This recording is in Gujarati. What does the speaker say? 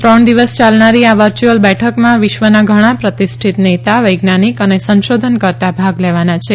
ત્રણ દિવસ ચાલનારી આ વર્ચ્યુઅલ બેઠકમાં વિશ્વના ઘણા પ્રતિષ્ઠિત નેતા વૈજ્ઞાનિક અને સંશોધનકર્તા ભાગ લેવાના છે